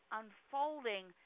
unfolding